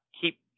keep